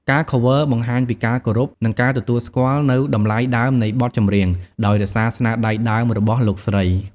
ការ Cover បង្ហាញពីការគោរព និងការទទួលស្គាល់នូវតម្លៃដើមនៃបទចម្រៀង ដោយរក្សាស្នាដៃដើមរបស់លោកស្រី។